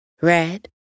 Red